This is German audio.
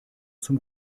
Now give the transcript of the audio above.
zum